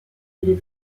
les